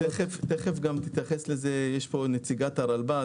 תיכף תתייחס לזה נציגת הרלב"ד,